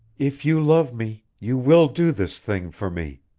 if you love me you will do this thing for me.